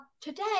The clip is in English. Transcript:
today